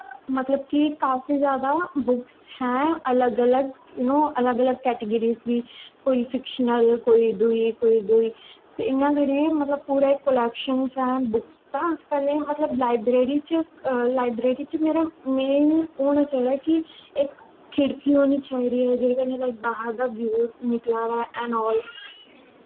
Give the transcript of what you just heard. मतलब के काफी जादा बुक्स हैं अलग अलग यू नो अलग अलग कैटागिरिस दी कोई फिक्शनल कोई दूई कोई दूई ते इ'यां करियै मतलब पूरे कोलैक्शनस ऐं बुक्स दा कन्नै मतलू लाइब्रेरी च लाइब्रेरी च मेरा मेन होना चाहिदा इक खिड़की होनी चाहिदी जेह्दे कन्नै लाइक बाह्र दा व्यू निकला दा ऐ ऐंड आल